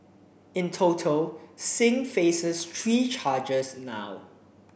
in total Singh faces three charges now